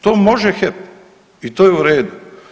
To može HEP i to je u redu.